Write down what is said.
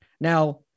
Now